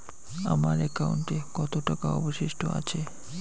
আমার একাউন্টে কত টাকা অবশিষ্ট আছে?